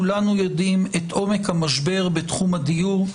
כולנו יודעים את עומק המשבר בתחום הדיור,